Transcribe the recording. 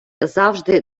завжди